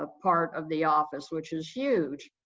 ah part of the office, which is huge.